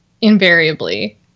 invariably